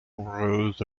rose